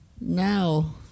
now